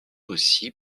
aussi